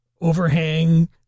overhang